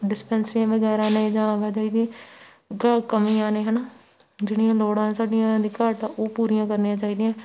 ਡਿਸਪੈਂਸਰੀਆਂ ਵਗੈਰਾ ਨੇ ਜਾਂ ਆਵਾਜਾਈ ਦੇ ਕ ਕਮੀਆਂ ਨੇ ਹੈ ਨਾ ਜਿਹੜੀਆਂ ਲੋੜਾਂ ਸਾਡੀਆਂ ਦੀ ਘਾਟ ਆ ਉਹ ਪੂਰੀਆਂ ਕਰਨੀਆਂ ਚਾਹੀਦੀਆਂ